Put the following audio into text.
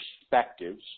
perspectives